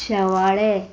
शेवाळें